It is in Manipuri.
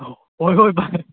ꯑꯧ ꯍꯣꯏ ꯍꯣꯏ ꯚꯥꯏ